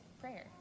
prayer